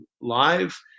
live